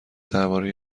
درباره